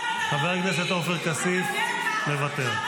חבר הכנסת עופר כסיף, מוותר,